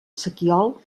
sequiol